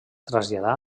traslladà